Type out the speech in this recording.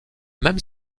même